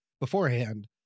beforehand